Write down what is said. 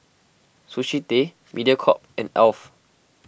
Sushi Tei Mediacorp and Alf